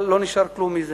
אבל לא נשאר ממנה כלום.